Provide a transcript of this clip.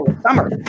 summer